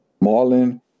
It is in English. Marlin